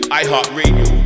iHeartRadio